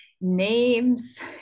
names